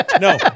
No